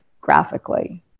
graphically